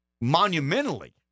monumentally